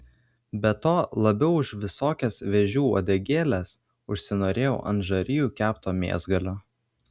be to labiau už visokias vėžių uodegėles užsinorėjau ant žarijų kepto mėsgalio